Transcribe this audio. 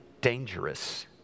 dangerous